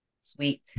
Sweet